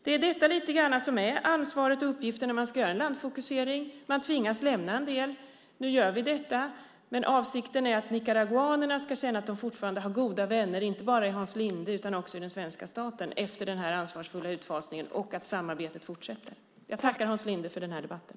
Det är lite grann detta som är ansvaret och uppgiften när man ska göra en landfokusering. Man tvingas lämna en del. Nu gör vi detta. Men avsikten är att nicaraguanerna ska känna att de fortfarande har goda vänner, inte bara i Hans Linde utan också i den svenska staten, efter denna ansvarsfulla utfasning och att samarbetet fortsätter. Jag tackar Hans Linde för debatten.